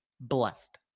Blessed